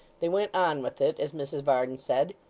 they went on with it, as mrs varden said,